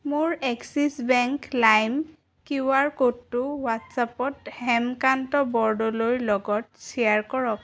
মোৰ Axis bank লাইম QR ক'ডটো হোৱাট্ছএপত হেমকান্ত বৰদলৈৰ লগত শ্বেয়াৰ কৰক